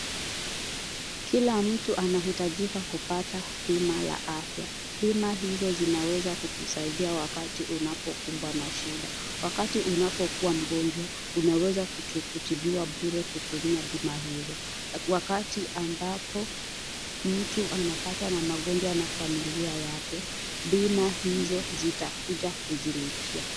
Kila mtu anahitajika kupata bima la afya. Bima hizo zinaweza kukusaidia wakati unapokumbwa na shida, wakati unapokuwa mgonjwa unaweza kutibiwa bure kutumia bima hizo. Wakati amabapo mtu anapatwa na magonjwa na familia yake bima hizo zitakuja kuzilipia.